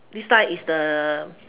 this type is the